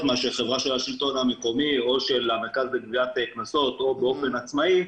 מחברה של השלטון המקומי או של המרכז לגביית קנסות או באופן עצמאי,